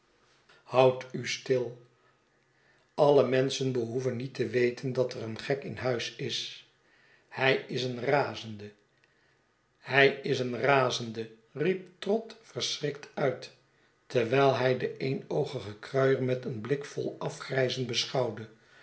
houd u stil alle menschen behoeven niet te weten dat er een gek in huis is hij is een razende hij is een razende riep trott verschrikt uit terwijl hij den eenoogigen kruier met een blik vol afgrijzen beschouwde